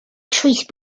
choice